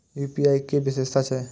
UPI के कि विषेशता छै?